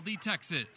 Texas